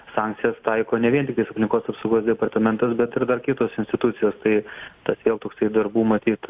sankcijas taiko ne vien tiktais aplinkos apsaugos departamentas bet ir dar kitos institucijos tai tas vėl toksai darbų matyt